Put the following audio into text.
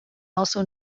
also